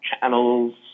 Channel's